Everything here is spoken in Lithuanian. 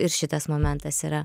ir šitas momentas yra